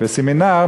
בסמינר,